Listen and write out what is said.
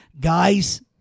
guys